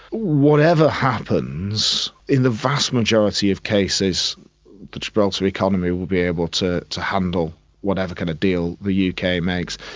whatever happens, in the vast majority of cases the gibraltar economy will be able to to handle whatever kind of deal the yeah uk makes.